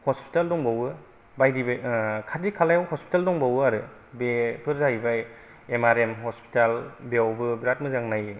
hospital दंबावो बायदि बे खाथि खालायाव हस्पिटाल दंबावो आरो बेफोर जाहैबाय एम आर एम हस्पिटाल बेयावबो बिरात मोजां नायो